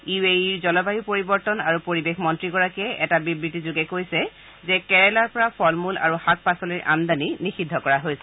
U A ইৰ জলবায়ু পৰিৱৰ্তন আৰু পৰিৱেশ মন্নীগৰাকীয়ে এটা বিবৃতি যোগে কৈছে যে কেৰালাৰ পাৰ ফল মূল আৰু শাক পাচলিৰ আমদানি নিষিদ্ধ কৰা হৈছে